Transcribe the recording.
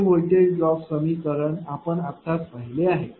हे voltage drop समीकरण आपण आत्ताच पाहिले आहे